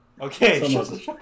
Okay